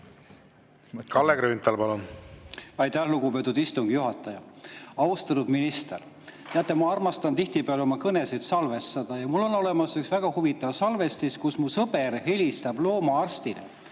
Kalle Grünthal, palun! Aitäh, lugupeetud istungi juhataja! Austatud minister! Teate, ma armastan tihtipeale oma kõnesid salvestada ja mul on olemas üks väga huvitav salvestis [sellest, kuidas] mu sõber helistab loomaarstile.